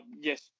yes